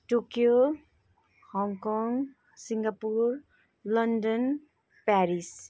Tokyo Hong Kong Singapore London Paris